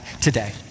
today